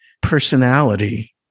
personality